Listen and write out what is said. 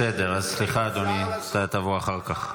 בסדר, אז סליחה, אדוני, אתה תבוא אחר כך.